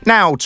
Now